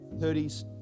30s